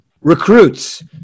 Recruits